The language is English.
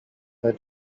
they